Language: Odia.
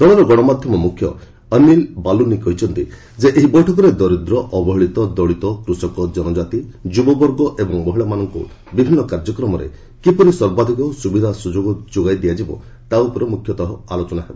ଦଳର ଗଣମାଧ୍ୟମ ମୁଖ୍ୟ ଅନୀଲ ବାଲୁନି କହିଛନ୍ତି ଯେ ଏହି ବୈଠକରେ ଦରିଦ୍ ଅବହେଳିତ ଦଳିତ କୁଷକ ଜନଜାତି ଯୁବବର୍ଗ ଏବଂ ମହିଳାମାନଙ୍କୁ ବିଭିନ୍ନ କାର୍ଯ୍ୟକ୍ରମରେ କିପରି ସର୍ବାଧିକ ସୁବିଧା ସୁଯୋଗ ଯୋଗାଇ ଦିଆଯିବ ତା' ଉପରେ ମୁଖ୍ୟତଃ ଆଲୋଚନା ହେବ